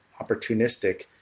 opportunistic